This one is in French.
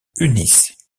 unis